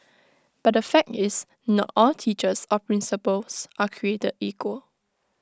but the fact is not all teachers or principals are created equal